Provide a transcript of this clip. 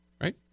right